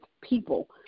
people